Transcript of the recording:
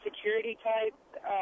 security-type